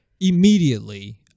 immediately